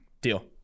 Deal